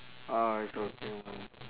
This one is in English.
orh it's okay man